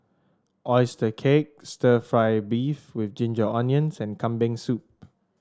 oyster cake stir fry beef with Ginger Onions and Kambing Soup